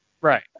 Right